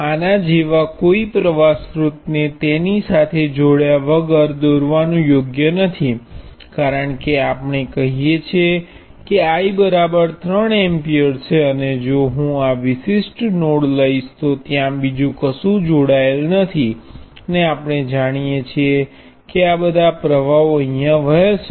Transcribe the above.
આના જેવા કોઈ પ્ર્વાહ સ્રોતને તેની સાથે જોડાયા વગર દોરવાનું યોગ્ય નથી કારણ કે આપણે કહીએ છીએ કે I 3 એમ્પીયર છે અને જો હું આ વિશિષ્ટ નોડ લઈશ તો ત્યાં બીજું કશું જોડાયેલ નથી અને આપણે જાણીએ છીએ કે બધા પ્રવાહો વહે છે